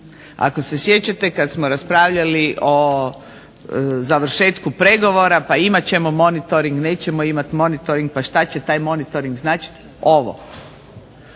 Ako se sjećate kad smo raspravljali o završetku pregovora pa imat ćemo monitoring, nećemo imati monitoring, pa što će taj monitoring značiti – ovo,